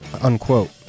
unquote